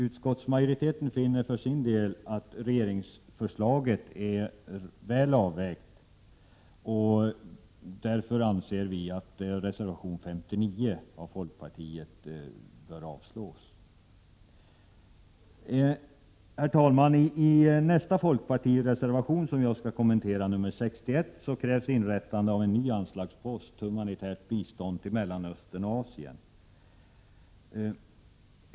Utskottsmajoriteten finner för sin del att regeringsförslaget är väl avvägt, och därför anser vi att reservation nr 59 från folkpartiet bör avslås. Herr talman! I folkpartireservation nr 61 krävs inrättande av en ny anslagspost, för humanitärt bistånd till Mellanöstern och Asien.